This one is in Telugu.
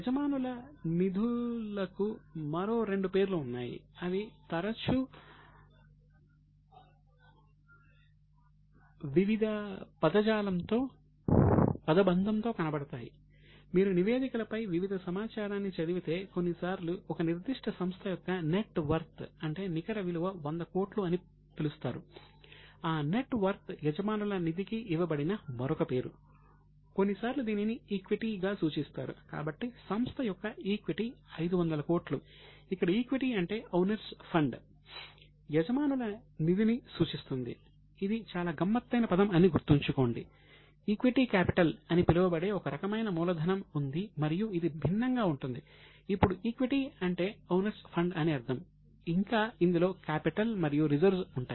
యజమానుల నిధులకు మరో రెండు పేర్లు ఉన్నాయి అవి తరచూ వివిధ పదబంధంలో కనబడతాయి మీరు నివేదికలపై వివిధ సమాచారాన్ని చదివితే కొన్నిసార్లు ఒక నిర్దిష్ట సంస్థ యొక్క నెట్ వర్త్ ఉంటాయి